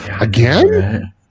Again